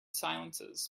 silences